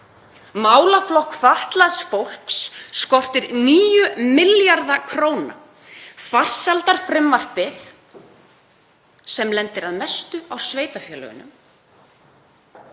Málaflokk fatlaðs fólks skortir 9 milljarða kr. Farsældarfrumvarpið lendir að mestu á sveitarfélögunum